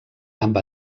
amb